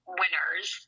winners